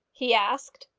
he asked.